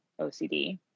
OCD